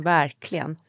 verkligen